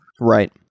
right